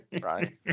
right